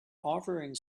offering